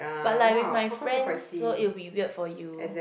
but like with my friends so it'll be weird for you